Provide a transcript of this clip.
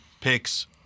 picks